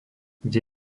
kde